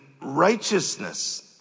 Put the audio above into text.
righteousness